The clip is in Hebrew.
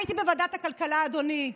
הייתי בוועדת הכלכלה, אדוני היושב-ראש,